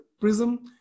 prism